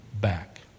back